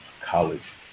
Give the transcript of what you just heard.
college